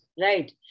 Right